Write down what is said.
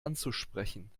anzusprechen